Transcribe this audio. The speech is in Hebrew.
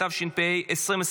התשפ"ה 2024,